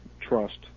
trust